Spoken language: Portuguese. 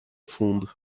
fundo